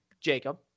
Jacob